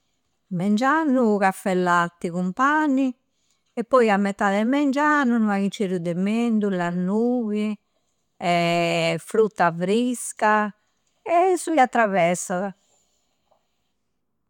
Mengiannu, caffè e latti cun pani e poi, a mettade e mengianu, unu paghiceddu de mendua, nughi e frutta frisca e su chi a travessada.